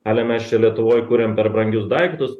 ale mes čia lietuvoj kuriam per brangius daiktus